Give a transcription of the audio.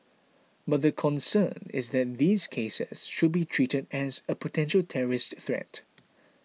but the concern is that these cases should be treated as a potential terrorist threat